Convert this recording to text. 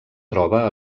troba